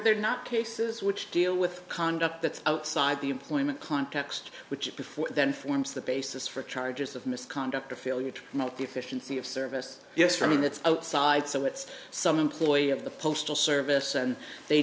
they're not cases which deal with conduct that's outside the employment context which it before then forms the basis for charges of misconduct or failure to note the efficiency of service yes for me that's outside so it's some employee of the postal service and they